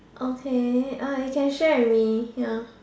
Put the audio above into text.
okay uh you can share with me ya